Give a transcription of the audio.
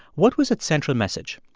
what was its central message?